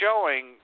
showing